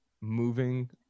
moving